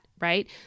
right